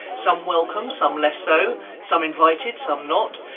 some welcome, some less so some invited, some not.